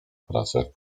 pracy